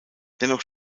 dennoch